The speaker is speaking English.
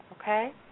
Okay